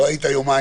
לא היית יומיים.